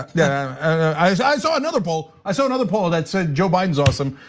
yeah, i saw another poll. i saw another poll that said joe biden's awesome.